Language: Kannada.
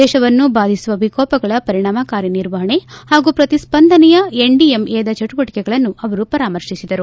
ದೇಶವನ್ನು ಬಾಧಿಸುವ ವಿಕೋಪಗಳ ಪರಿಣಾಮಕಾರಿ ನಿರ್ವಹಣೆ ಹಾಗೂ ಪ್ರತಿಸ್ಪಂದನೆಯ ಎನ್ಡಿಎಂಎದ ಚಟುವಟಿಕೆಗಳನ್ನು ಅವರು ಪರಾಮರ್ಶಿಸಿದರು